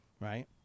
right